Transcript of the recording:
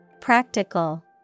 Practical